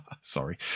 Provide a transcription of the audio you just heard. Sorry